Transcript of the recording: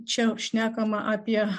čia šnekama apie